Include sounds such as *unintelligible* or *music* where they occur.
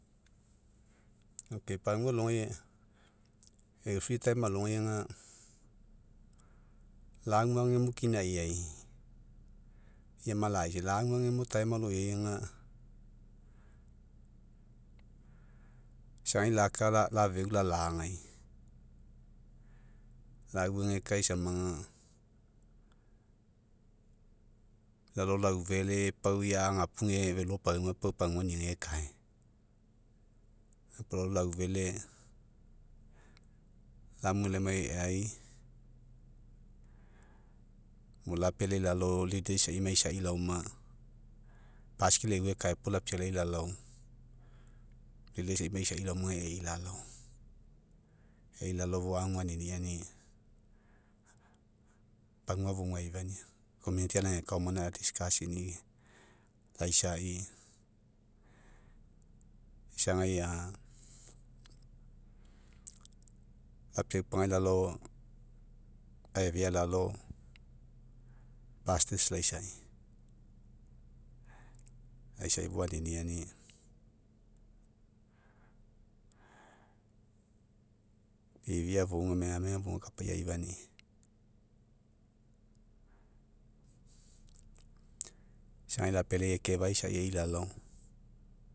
Ok pagua alogai, e'u free time alogai aga lagu agemo kinaiai ia mala'aisai lagu agemo time aloiai aga isagai laka lafeu lalagai, lauegekae samaga lalao laufele pau ia agapuge felo pauma pau pagua nie ekae. Gapuo lalao laufele lamue lamai e'ai mo lapealai lalao leaders isai maisai laoma bicycle e'uai ekae puo lapealai lalao leaders isai maisai laoma aga ei lalao. Ei lalao fou agu aniniani pagua fouga aifania *unintelligible* discuss'ini laisai, isagai, *hesitation* lapiaupagai lalao aifea lalao pastors laisai, laisa fou aniniani ifida fouga o megamega fouga aifania. Isagai lapealai ekefa'a isai e'i lalao